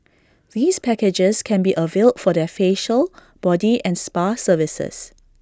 these packages can be availed for their facial body and spa services